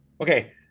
Okay